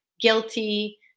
guilty